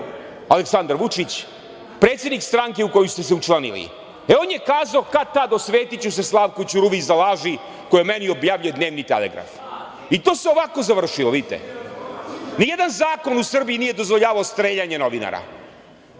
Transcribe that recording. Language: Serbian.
Aleksandar Vučić, predsednik stranke u koju ste se učlanili i on je kazao, kad-tad osvetiću se Slavku Ćuruviji za laži koje o meni objavljuje dnevni Telegraf. I, to se ovako završilo, vidite. Nijedan zakon u Srbiji nije dozvoljavao streljanje novinara